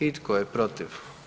I tko je protiv?